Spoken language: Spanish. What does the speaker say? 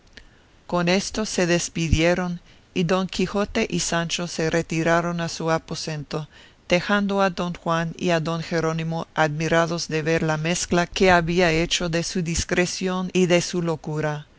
con esto se despidieron y don quijote y sancho se retiraron a su aposento dejando a don juan y a don jerónimo admirados de ver la mezcla que había hecho de su discreción y de su locura